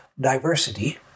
diversity